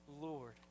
Lord